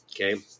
Okay